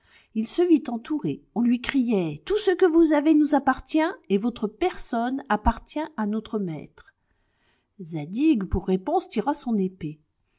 il se vit entouré on lui criait tout ce que vous avez nous appartient et votre personne appartient à notre maître zadig pour réponse tira son épée